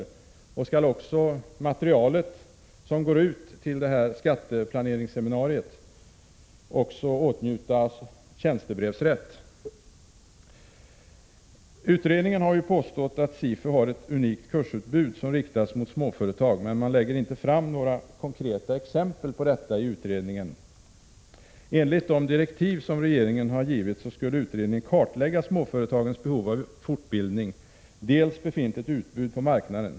Skall SIFU åtnjuta tjänstebrevsrätt för det material som sänds ut i samband med skatteplaneringsseminariet? Man har i utredningen påstått att SIFU har ett unikt kursutbud som riktas mot småföretag, men i utredningen presenteras inte några konkreta exempel på detta. Enligt de direktiv som regeringen har givit skulle utredningen kartlägga dels småföretagens behov av fortbildning, dels befintligt utbud på marknaden.